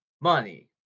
Money